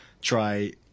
try